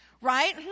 right